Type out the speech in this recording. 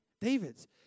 David's